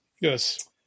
Yes